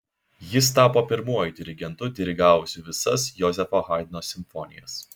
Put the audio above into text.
jis tapo pirmuoju dirigentu dirigavusiu visas jozefo haidno simfonijas